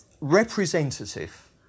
representative